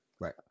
Right